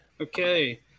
okay